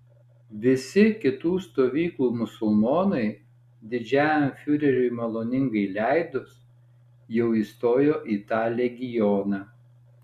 visi kitų stovyklų musulmonai didžiajam fiureriui maloningai leidus jau įstojo į tą legioną